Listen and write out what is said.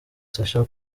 sacha